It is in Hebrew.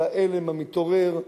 של העלם המתעורר,